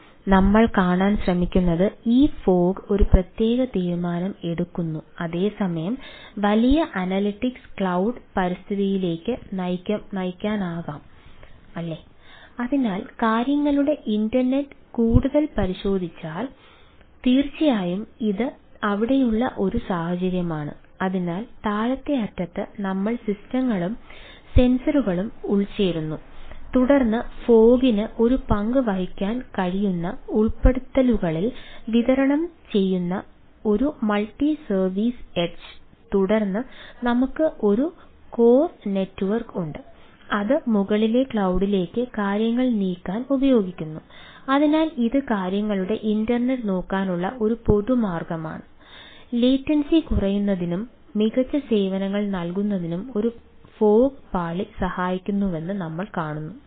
അതിനാൽ നമ്മൾ കാണാൻ ശ്രമിക്കുന്നത് ഈ ഫോഗ് പാളി സഹായിക്കുമെന്ന് നമ്മൾ കാണുന്നു